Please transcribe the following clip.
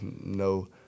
no